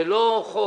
זה לא חוק